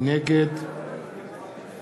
נגד